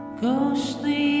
Ghostly